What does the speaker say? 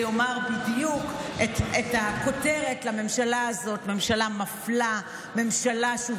זה יאמר בדיוק את הכותרת לממשלה הזאת: ממשלה מפלה,